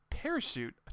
parachute